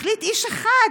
מחליט איש אחד,